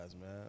man